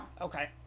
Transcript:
Okay